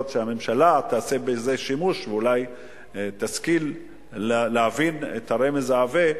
ויכול להיות שהממשלה תעשה בזה שימוש ואולי תשכיל להבין את הרמז העבה,